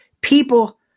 people